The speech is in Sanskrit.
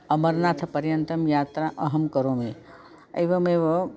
अमरनाथपर्यन्तं यात्रा अहं करोमि एवमेव